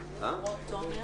קרובות,